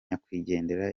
nyakwigendera